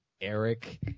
Eric